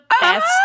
best